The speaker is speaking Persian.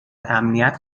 امنیت